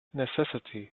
necessity